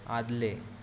आदलें